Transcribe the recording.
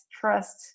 trust